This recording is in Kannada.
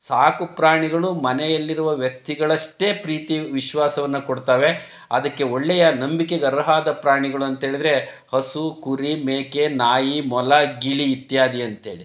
ಸಾಕುಪ್ರಾಣಿಗಳು ಮನೆಯಲ್ಲಿರುವ ವ್ಯಕ್ತಿಗಳಷ್ಟೇ ಪ್ರೀತಿ ವಿಶ್ವಾಸವನ್ನು ಕೊಡ್ತಾವೆ ಅದಕ್ಕೆ ಒಳ್ಳೆಯ ನಂಬಿಕೆಗೆ ಅರ್ಹವಾದ ಪ್ರಾಣಿಗಳಂತೇಳಿದ್ರೆ ಹಸು ಕುರಿ ಮೇಕೆ ನಾಯಿ ಮೊಲ ಗಿಳಿ ಇತ್ಯಾದಿ ಅಂತೇಳಿ